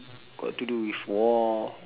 got to do with war